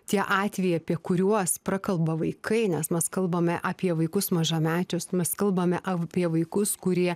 tie atvejai apie kuriuos prakalba vaikai nes mes kalbame apie vaikus mažamečius mes kalbame avpie vaikus kurie